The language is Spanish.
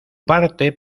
parte